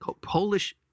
Polish